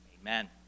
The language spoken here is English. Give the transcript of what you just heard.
amen